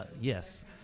yes